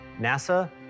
NASA